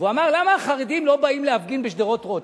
ואמר: למה החרדים לא באים להפגין בשדרות-רוטשילד?